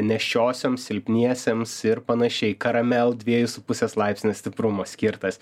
nėščiosioms silpniesiems ir panašiai karamel dviejų su pusės laipsnio stiprumo skirtas